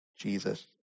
Jesus